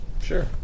sure